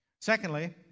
Secondly